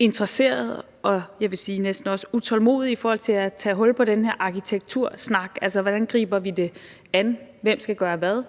næsten også sige utålmodige efter at tage hul på den her arkitektursnak. Altså, hvordan griber vi det an? Hvem skal gøre hvad?